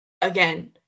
Again